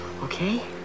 Okay